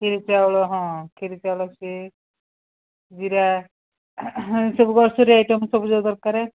ଖିରି ଚାଉଳ ହଁ ଖିରି ଚାଉଳ ସିଏ ଜିରା ଏସବୁ ଗ୍ରୋସରୀ ଆଇଟମ୍ ସବୁଯାକ ଦରକାର